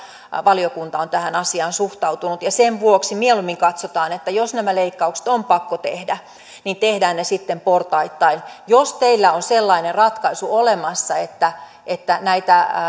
valiokunta on tähän asiaan suhtautunut ja sen vuoksi mieluummin katsotaan että jos nämä leikkaukset on pakko tehdä niin tehdään ne sitten portaittain jos teillä on sellainen ratkaisu olemassa että että näitä